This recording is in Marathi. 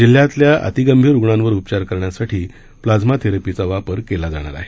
जिल्ह्यातल्या अतिगंभीर रुग्णांवर उपचार करण्यासाठी प्लाझ्मा थेरेपीचा वापर केला जाणार आहे